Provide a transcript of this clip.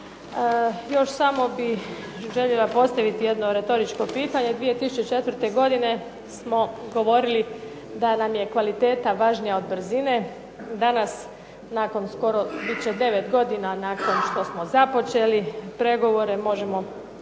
Još samo bih željela postaviti jedno retoričko pitanje. 2004. godine smo govorili da nam je kvaliteta važnija od brzine, danas nakon skoro bit će 9 godina nakon što smo započeli pregovore, možemo ponoviti